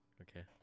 Okay